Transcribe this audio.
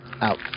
out